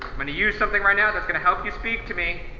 i'm gonna use something right now that's gonna help you speak to me.